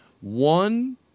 One